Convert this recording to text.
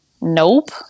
Nope